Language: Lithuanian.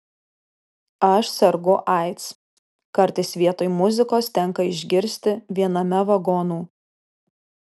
aš sergu aids kartais vietoj muzikos tenka išgirsti viename vagonų